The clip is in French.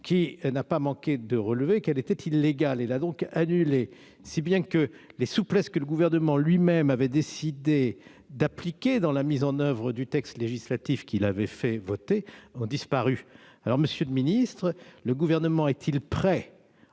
qui n'a pas manqué de relever qu'elle était illégale et l'a donc annulée. Dès lors, les souplesses que le Gouvernement lui-même avait décidé d'appliquer dans la mise en oeuvre du texte législatif qu'il avait fait voter ont disparu. Monsieur le secrétaire d'État, le Gouvernement est-il prêt à